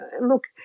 Look